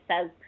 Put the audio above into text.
says